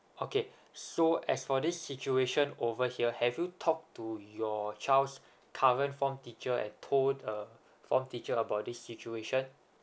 okay so as for this situation over here have you talked to your child's current form teacher and told uh form teacher about this situation